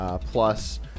plus